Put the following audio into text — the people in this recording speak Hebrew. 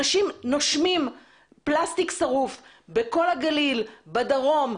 אנשים נושמים פלסטיק שרוף בכל הגליל, בדרום.